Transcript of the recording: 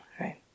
Right